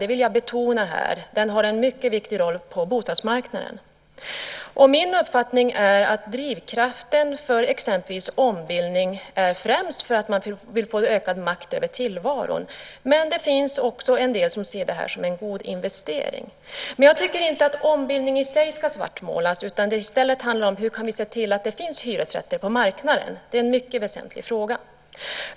Det vill jag betona. Den har en mycket viktig roll på bostadsmarknaden. Min uppfattning är att drivkraften för exempelvis ombildning främst är att man vill få ökad makt över tillvaron. Det finns också en del som ser detta som en god investering. Jag tycker inte att ombildning i sig ska svartmålas. Det handlar i stället om hur vi ska kunna se till att det finns hyresrätter på marknaden. Det är en mycket väsentlig fråga.